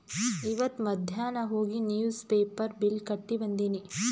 ಇವತ್ ಮಧ್ಯಾನ್ ಹೋಗಿ ನಿವ್ಸ್ ಪೇಪರ್ ಬಿಲ್ ಕಟ್ಟಿ ಬಂದಿನಿ